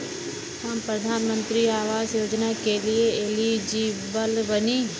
हम प्रधानमंत्री आवास योजना के लिए एलिजिबल बनी?